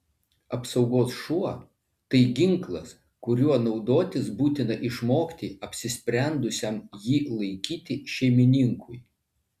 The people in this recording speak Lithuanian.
apsaugos šuo tai ginklas kuriuo naudotis būtina išmokti apsisprendusiam jį laikyti šeimininkui